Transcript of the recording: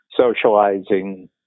socializing